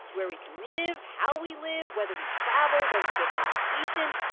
where we can live, how we live, whether we travel, whether we get an education.